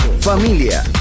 Familia